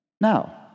Now